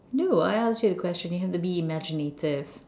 no I asked you a question you have to be imaginative